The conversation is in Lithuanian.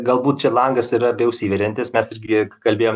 galbūt čia langas yra bei užsiveriantis mes irgi kalbėjom